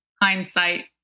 hindsight